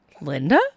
Linda